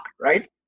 Right